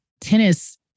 Tennis